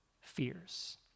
fears